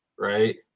Right